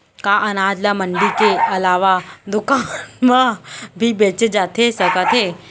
का अनाज ल मंडी के अलावा दुकान म भी बेचे जाथे सकत हे?